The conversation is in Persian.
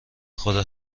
خدا